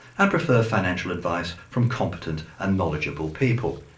and prefer financial advice from competent and knowledgeable people.